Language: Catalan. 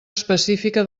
específica